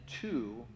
two